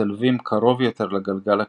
משתלבים קרוב יותר לגלגל הקדמי,